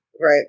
Right